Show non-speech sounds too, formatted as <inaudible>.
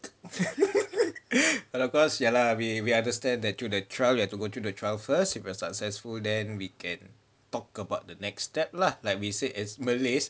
<laughs> cause ya lah we we understand that through the trial we have to go through the trial first if we are successful then we can talk about the next step lah like we said as malay